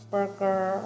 Burger